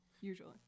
usually